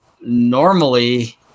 Normally